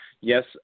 yes